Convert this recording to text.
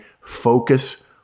focus